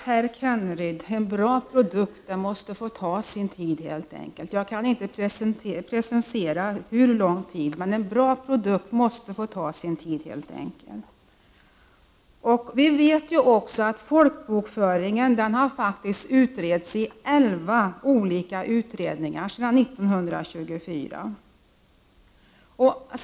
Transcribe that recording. Herr talman! En bra produkt, herr Kenneryd, måste helt enkelt få ta sin tid. Jag kan inte precisera hur lång tid. Folkbokföringen har faktiskt utretts i elva olika utredningar sedan 1924.